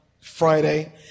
Friday